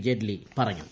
ജെയ്റ്റ്ലി പറഞ്ഞു